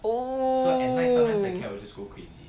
oo